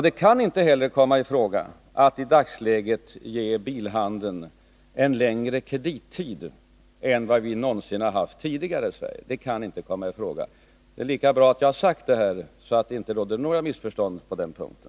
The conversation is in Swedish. Det kan inte heller komma i fråga att i dagsläget ge bilhandeln en längre kredittid än vi någonsin haft tidigare i Sverige. Det kan inte komma i fråga. Det är lika bra att jag sagt det, så att det inte råder några missförstånd på den punkten.